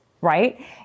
right